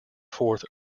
fourth